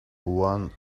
one